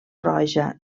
roja